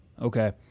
okay